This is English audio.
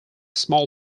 small